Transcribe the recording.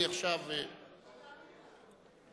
באותה מידה.